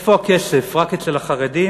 איפה הכסף, רק אצל החרדים?